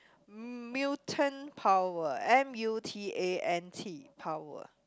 mutant power M U T A N T power